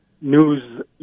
news